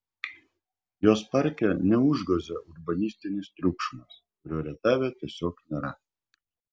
jos parke neužgožia urbanistinis triukšmas kurio rietave tiesiog nėra